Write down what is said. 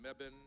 Mebbin